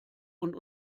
und